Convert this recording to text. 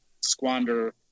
squander